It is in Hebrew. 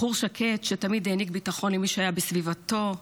בחור שקט שתמיד העניק ביטחון למי שהיה בסביבתו,